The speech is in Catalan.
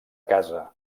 casa